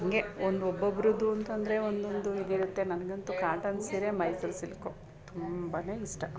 ಹಾಗೆ ಒಂದು ಒಬ್ಬೊಬ್ಬರದ್ದು ಅಂತಂದರೆ ಒಂದೊಂದು ಇದಿರುತ್ತೆ ನನ್ಗಂತೂ ಕಾಟನ್ ಸೀರೆ ಮೈಸೂರು ಸಿಲ್ಕು ತುಂಬಾ ಇಷ್ಟ